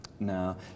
Now